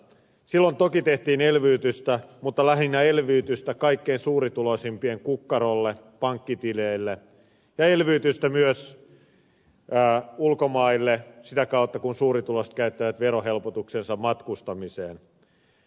silloin toki tehtiin elvytystä mutta lähinnä elvytystä kaikkein suurituloisimpien kukkarolle ja pankkitileille ja elvytystä myös ulkomaille sitä kautta kun suurituloiset käyttävät verohelpotuksensa matkustamiseen